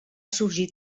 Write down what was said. sorgir